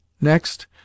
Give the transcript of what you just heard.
Next